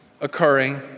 occurring